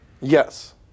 Yes